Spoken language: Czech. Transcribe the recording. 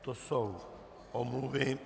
To jsou omluvy.